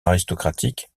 aristocratique